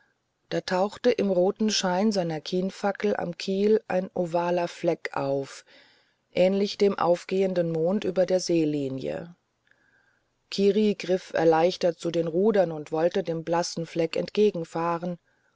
da tauchte im roten schein seiner kienfackel am kiel ein ovaler fleck auf ähnlich dem aufgehenden mond über der seelinie kiri griff erleichtert zu den rudern und wollte dem blassen fleck